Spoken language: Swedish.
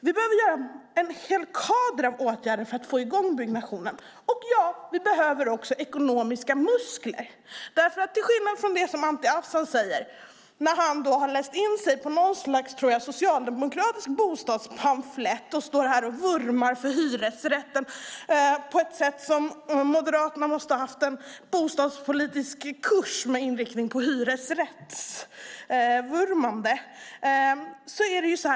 Vi behöver vidta en hel kader av åtgärder för att få i gång byggnationen. Vi behöver också ekonomiska muskler. Anti Avsan har, tror jag, läst in sig på något slags socialdemokratisk bostadspamflett och står här och vurmar för hyresrätten. Moderaterna måste ha haft en bostadspolitisk kurs med inriktning på hyresrättsvurmande.